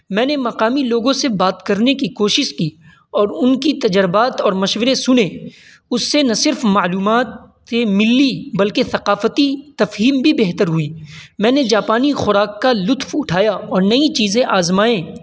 میں نے مقامی لوگوں سے بات کرنے کی کوشش کی اور ان کی تجربات اور مشورے سنے اس سے نہ صرف معلومات ہی ملی بلکہ ثقافتی تفہیم بھی بہتر ہوئی میں نے جاپانی خوراک کا لطف اٹھایا اور نئی چیزیں آزمائیں